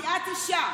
כי את אישה?